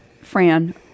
Fran